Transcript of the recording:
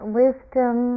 wisdom